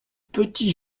petit